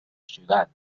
ciudad